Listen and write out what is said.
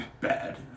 Bad